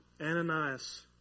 Ananias